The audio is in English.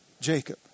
Jacob